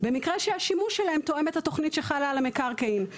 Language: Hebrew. במקרה שהשימוש שלהם תואם את התוכנית שחלה על המקרקעין.